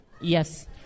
Yes